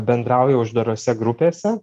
bendrauja uždarose grupėse